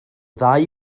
ddau